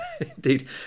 indeed